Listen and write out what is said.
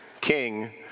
king